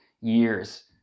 years